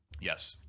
Yes